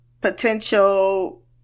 potential